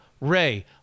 Ray